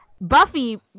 Buffy